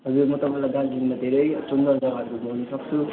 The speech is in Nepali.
हजुर म तपाईँलाई दार्जिलिङमा धेरै सुन्दर जगाहरू घुमाउन सक्छु